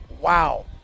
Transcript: wow